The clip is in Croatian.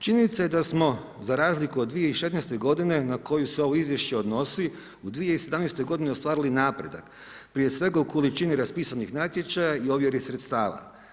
Činjenica je da smo, za razliku od 2016. godine, na koju se ovo izvješće odnosi, u 2017. godini ostvarili napredak prije svega, u količini raspisanih natječaja i ovjeri sredstava.